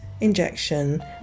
injection